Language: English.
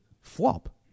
flop